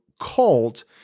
cult